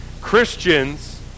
Christians